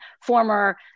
former